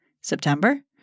September